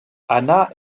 anna